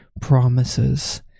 promises